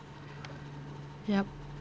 yup